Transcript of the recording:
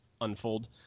unfold